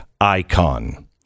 icon